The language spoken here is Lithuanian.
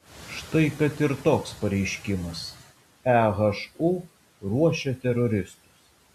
štai kad ir toks pareiškimas ehu ruošia teroristus